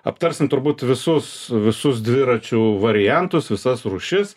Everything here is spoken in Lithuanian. aptarsim turbūt visus visus dviračių variantus visas rūšis